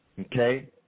okay